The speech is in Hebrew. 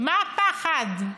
מה הפחד?